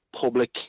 public